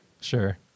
Sure